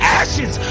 ashes